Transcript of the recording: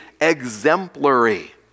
exemplary